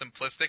simplistic